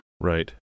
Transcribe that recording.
Right